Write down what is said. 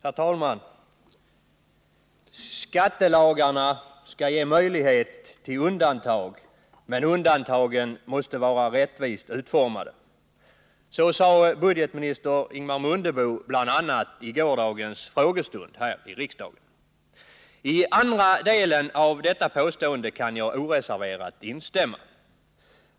Herr talman! Skattelagarna skall ge möjlighet till undantag, men undantagen måste vara rättvist utformade. Så sade budgetminister Ingemar Mundebo bl.a. i gårdagens frågestund här i riksdagen. I andra delen av detta påstående kan jag oreserverat instämma.